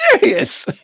serious